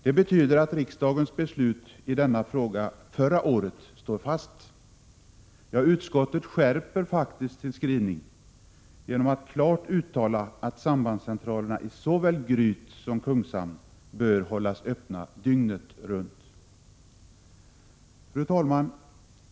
Detta betyder att riksdagens beslut förra året i denna fråga står fast. Ja, utskottet skärper faktiskt sin skrivning genom att klart uttala att sambandscentralerna i såväl Gryt som Kungshamn bör hållas öppna dygnet runt. Fru talman!